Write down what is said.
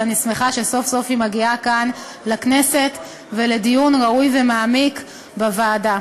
ואני שמחה שסוף-סוף היא מגיעה כאן לכנסת ולדיון ראוי ומעמיק בוועדה.